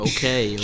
Okay